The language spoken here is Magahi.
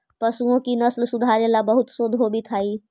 पशुओं की नस्ल सुधारे ला बहुत शोध होवित हाई